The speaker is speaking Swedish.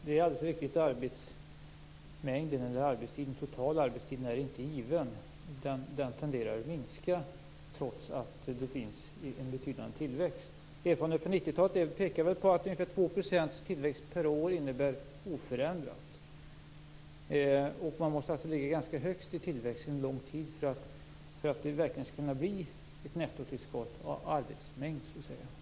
Herr talman! Det är alldeles riktigt att den totala arbetstiden inte är given. Den tenderar att minska, trots att det finns en betydande tillväxt. Erfarenheterna från 90-talet pekar på att ungefär 2 % tillväxt per år innebär ett oförändrat läge. Man måste alltså ha en ganska hög tillväxt en lång tid för att det verkligen skall bli ett nettotillskott av arbetsmängd.